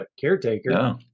caretaker